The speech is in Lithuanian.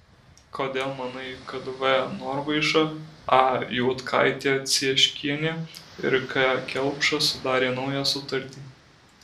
kodėl manai kad v norvaiša a juodkaitė cieškienė ir k kelpšas sudarė naują sutartį